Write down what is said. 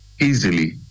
easily